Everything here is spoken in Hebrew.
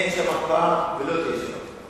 אין שם הקפאה ולא תהיה שם הקפאה.